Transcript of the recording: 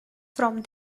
from